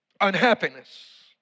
unhappiness